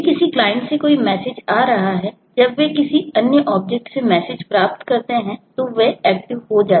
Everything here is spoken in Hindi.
क्लाइंट हो जाते हैं